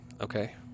okay